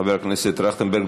חבר הכנסת טרכטנברג,